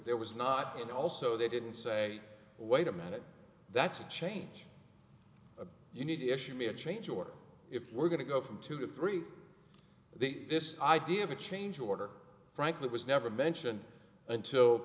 there was not it also they didn't say wait a minute that's a change you need to issue me a change or if we're going to go from two to three the this idea of a change order frankly was never mentioned until